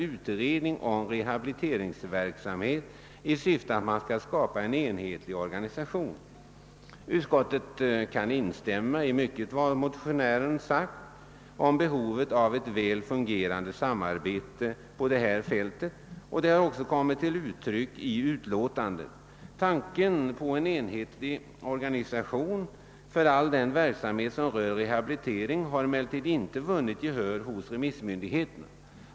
Utskottet kan instämma i mycket av vad motionärerna sagt om behovet av ett väl fungerande samarbete på det här fältet, och det har också kommit till uttryck i utlåtandet. Tanken på en enhetlig organisation för all den verksamhet som rör rehabilitering har emellertid inte vunnit gehör hos remissmyndigheterna.